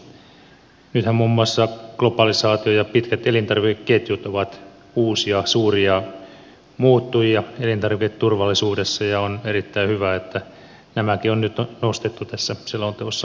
nythän muun muassa globalisaatio ja pitkät elintarvikeketjut ovat uusia suuria muuttujia elintarviketurvallisuudessa ja on erittäin hyvä että nämäkin on nyt nostettu tässä selonteossa esille